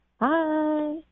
Hi